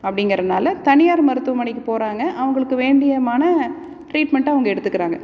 அப்படிங்குறதுனால தனியார் மருத்துவமனைக்கு போகிறாங்க அவங்களுக்கு வேண்டியமான டிரீட்மெண்ட்டை அவங்க எடுத்துக்கிறாங்க